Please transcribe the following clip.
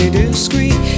discreet